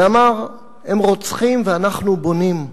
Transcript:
כשאמר: הם רוצחים ואנחנו בונים.